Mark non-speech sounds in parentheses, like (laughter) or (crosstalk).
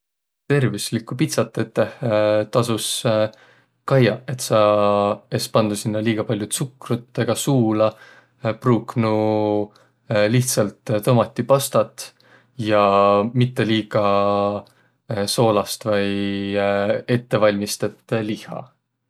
Tervüslikku pitsat teteh (hesitation) tasus (hesitation) kaiaq, et sa es pandnuq sinnä liiga pall'o tsukrut ega suula, priiknuq lihtsält tomatipastat ja mitte liiga soolast vai ettevalmistõt lihha.